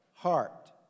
heart